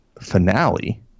finale